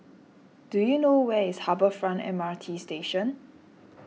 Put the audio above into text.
do you know where is Harbour Front M R T Station